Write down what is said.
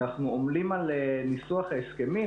אנחנו עומלים על ניסוח ההסכמים,